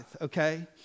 okay